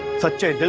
such a